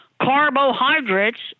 carbohydrates